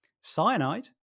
cyanide